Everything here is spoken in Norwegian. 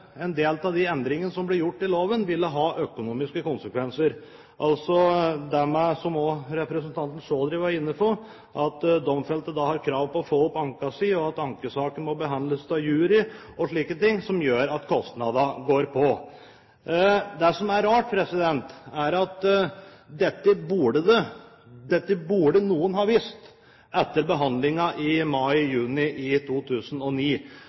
en del av de endringene som ble gjort i loven, vil ha økonomiske konsekvenser, som også representanten Chaudhry var inne på, f.eks. at domfelte da har krav på å få opp anken sin, og at ankesaken skal behandles av jury, som gjør at kostnadene øker. Det som er rart, er at dette burde noen ha visst etter behandlingen i mai–juni i 2009.